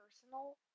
personal